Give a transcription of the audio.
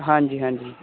ਹਾਂਜੀ ਹਾਂਜੀ